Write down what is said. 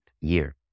year